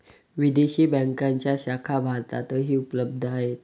विदेशी बँकांच्या शाखा भारतातही उपलब्ध आहेत